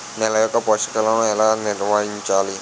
నెల యెక్క పోషకాలను ఎలా నిల్వర్తించాలి